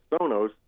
Sonos